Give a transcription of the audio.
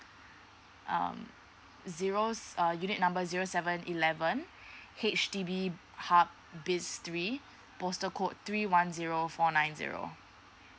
um zero s~ uh unit number zero seven eleven H_D_B hub biz three postal code three one zero four nine zero